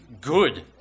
Good